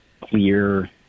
clear